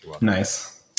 Nice